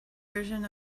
version